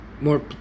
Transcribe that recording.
more